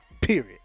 period